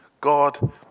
God